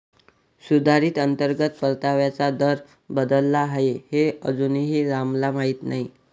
सुधारित अंतर्गत परताव्याचा दर बदलला आहे हे अजूनही रामला माहीत नाही